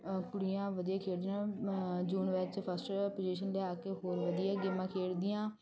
ਆ ਕੁੜੀਆਂ ਵਧੀਆ ਖੇਡਣਾ ਜੂਨ ਵਿੱਚ ਫਸਟ ਪੁਜੀਸ਼ਨ ਲਿਆ ਕੇ ਹੋਰ ਵਧੀਆ ਗੇਮਾਂ ਖੇਡਦੀਆਂ